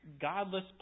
godless